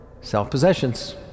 self-possessions